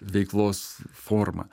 veiklos forma